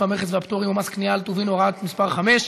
המכס והפטורים ומס קנייה על טובין (הוראת שעה מס' 5),